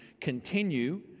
continue